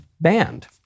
banned